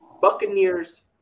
Buccaneers